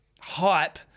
hype